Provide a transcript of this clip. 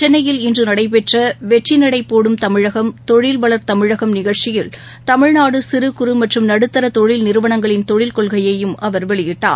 சென்னையில் இன்றுடைபெற்றவெற்றிநடைபோடும் தமிழகம் தொழில் வளர் தமிழகம் நிகழ்ச்சியில் தமிழ்நாடுசிறு குறு மற்றும் நடுத்தரதொழில் நிறுவனங்களின் தொழில் கொள்கையையும் அவர் வெளியிட்டார்